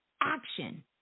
action